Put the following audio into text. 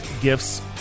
gifts